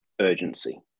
urgency